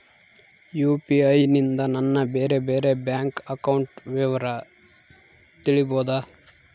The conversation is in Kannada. ಯು.ಪಿ.ಐ ನಿಂದ ನನ್ನ ಬೇರೆ ಬೇರೆ ಬ್ಯಾಂಕ್ ಅಕೌಂಟ್ ವಿವರ ತಿಳೇಬೋದ?